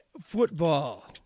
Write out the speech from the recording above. football